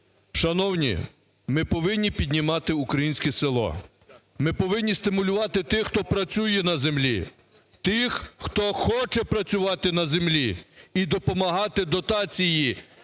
Шановні, ми повинні піднімати українське село, ми повинні стимулювати тих, хто працює на землі, тих, хто хоче працювати на землі, і допомагати дотації,